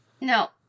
No